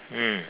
mm